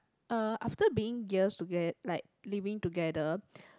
uh after being years toget~ like living together